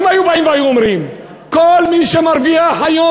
אם היו באים והיו אומרים שכל מי שמרוויח היום